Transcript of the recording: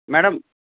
madam